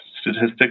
statistics